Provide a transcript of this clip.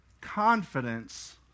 confidence